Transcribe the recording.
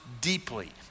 deeply